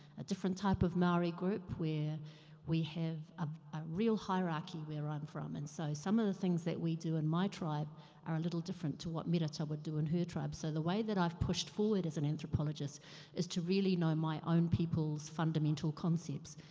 a different type of maori group. were we have a, a real hierarchy where i'm from. and so some of the things that we do in my tribe are a little different to what merata would do in her tribe. so the way that i've pushed forward as an anthropologist is to really know my own people's fundamental concepts.